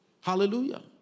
Hallelujah